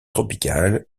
tropicales